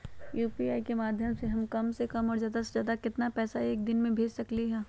UPI के माध्यम से हम कम से कम और ज्यादा से ज्यादा केतना पैसा एक दिन में भेज सकलियै ह?